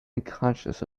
unconscious